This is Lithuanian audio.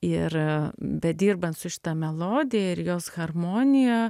ir bedirbant su šita melodija ir jos harmonija